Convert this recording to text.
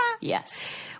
yes